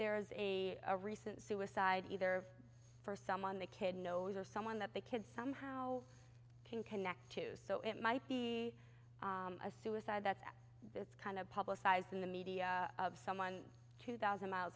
there's a recent suicide either for someone the kid knows or someone that the kid somehow can connect to so it might be a suicide that it's kind of publicized in the media of someone two thousand miles